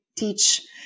teach